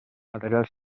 materials